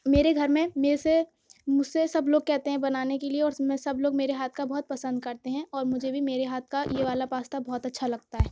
میرے گھر میں میرے سے مجھ سے سب لوگ کہتے ہیں بنانے کے لیے اور سب لوگ میرے ہاتھ کا بہت پسند کرتے ہیں اور مجھے بھی میرے ہاتھ کا یہ والا پاستا بہت اچھا لگتا ہے